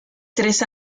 tres